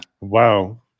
Wow